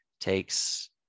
takes